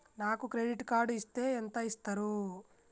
నాకు credit card ఇస్తే ఎంత ఇస్తరు?